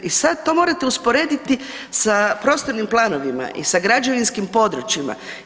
I sad to morate usporediti sa prostornim planovima i sa građevinskim područjima.